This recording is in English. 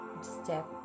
step